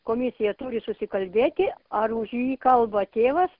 komisija turi susikalbėti ar už jį kalba tėvas